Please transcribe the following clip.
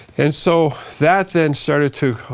and so that then started to,